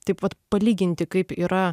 taip vat palyginti kaip yra